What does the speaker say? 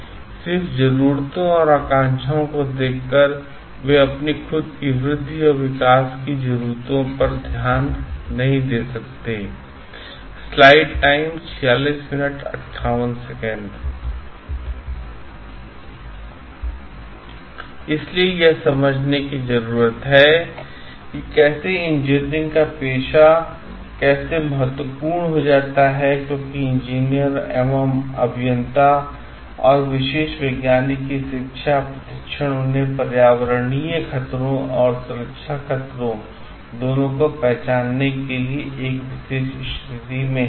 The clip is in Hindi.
और सिर्फ जरूरतों और आकांक्षाओं को देखकर वे अपनी खुद की वृद्धि और विकास की जरूरतों पर ध्यान नहीं दे सकते I इसलिए यह समझने की जरूरत है कि कैसे इंजीनियरिंग का पेशा यहां कैसे महत्वपूर्ण हो जाता है I क्योंकि इंजीनियर अथवा अभियंता और विशेष वैज्ञानिक की शिक्षा और प्रशिक्षण उन्हें पर्यावरणीय खतरों और सुरक्षा खतरों दोनों को पहचानने के लिए एक विशेष स्थिति में हैं